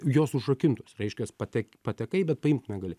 jos užrakintos reiškias patek patekai bet paimt negali